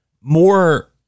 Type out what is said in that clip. more